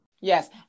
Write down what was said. Yes